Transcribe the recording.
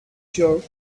jerk